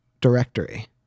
directory